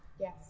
Yes